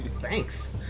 Thanks